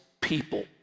people